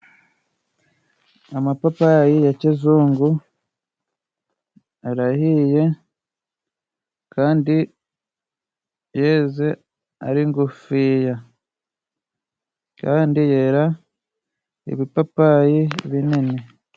Amapapayi ya kizungu arahiye, kandi yeze ari ngufiya, kandi yera ibipapayi binini.